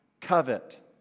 covet